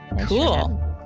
Cool